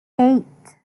eight